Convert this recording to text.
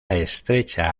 estrecha